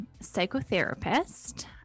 psychotherapist